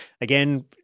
Again